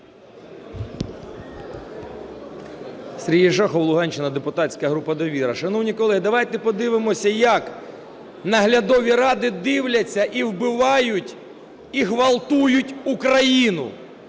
Сергій Шахов, Луганщина, депутатська група "Довіра". Шановні колеги, давайте подивимося, як наглядові ради дивляться, і вбивають, і ґвалтують Україну.